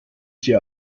sie